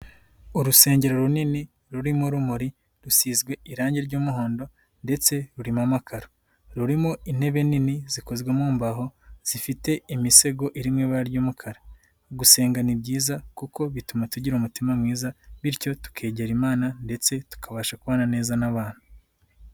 Urusengero runini rurimo urumuri rusizwe irangi ry'umuhondo ndetse rurimo amakaro, rurimo intebe nini zikozwe mu mbaho zifite imisego iri mu ibara ry'umukara, gusenga ni byiza kuko bituma tugira umutima mwiza, bityo tukegera Imana ndetse tukabasha kubana neza n'abantu.